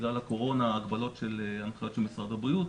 בגלל הקורונה היו הגבלות של הנחיות משרד הבריאות,